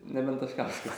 nebent taškauskas